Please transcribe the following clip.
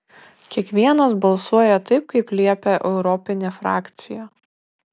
kiekvienas balsuoja taip kaip liepia europinė frakcija